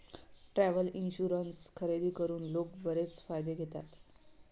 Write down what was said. travel insurance खरेदी करून लोक बरेच फायदे घेतात